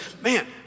Man